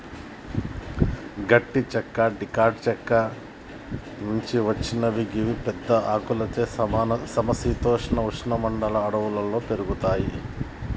గట్టి చెక్క డికాట్ చెట్ల నుంచి వచ్చినవి గివి పెద్ద ఆకులతో సమ శీతోష్ణ ఉష్ణ మండల అడవుల్లో పెరుగుతయి